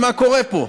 מה קורה פה?